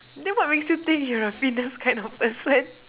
then what makes you think you're a fitness kind of person